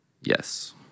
Yes